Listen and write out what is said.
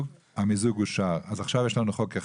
מי נמנע?